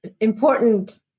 important